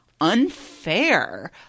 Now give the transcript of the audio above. unfair